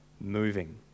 moving